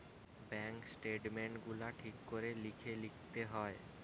bank statement গুলা ঠিক করে লিখে লিতে হয়